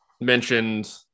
mentioned